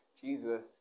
Jesus